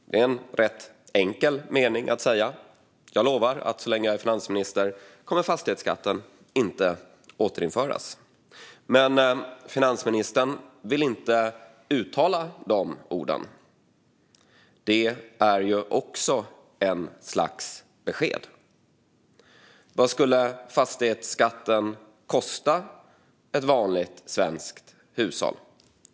Det är en rätt enkel mening att säga, men finansministern vill inte uttala de orden. Det är också ett slags besked. Vad skulle fastighetsskatten kosta ett vanligt svenskt hushåll varje år?